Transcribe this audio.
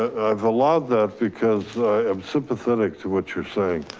i've allowed that because i'm sympathetic to what you're saying,